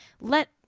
Let